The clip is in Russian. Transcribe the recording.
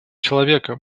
человека